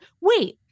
wait